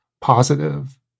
positive